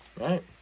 Right